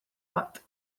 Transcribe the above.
bat